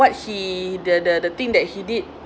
what he the the the thing that he did